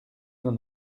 n’en